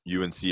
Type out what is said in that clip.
UNC